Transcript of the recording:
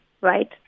right